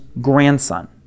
grandson